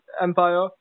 empire